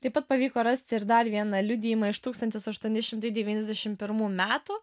taip pat pavyko rasti ir dar vieną liudijimą iš tūkstantis aštuoni šimtai devyniasdešim pirmų metų